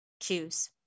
choose